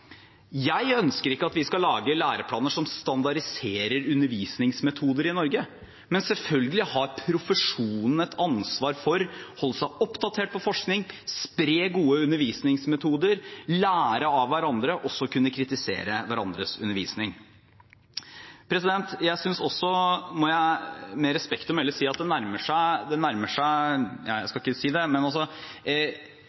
Jeg ønsker ikke at vi skal lage læreplaner som standardiserer undervisningsmetoder i Norge, men selvfølgelig har profesjonen et ansvar for å holde seg oppdatert på forskning, spre gode undervisningsmetoder, lære av hverandre og også kunne kritisere hverandres undervisning. Fagene norsk, engelsk og matematikk, det er ikke så viktig, sa representanten Tingelstad Wøien. For det